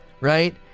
Right